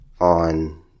on